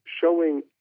showing